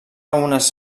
unes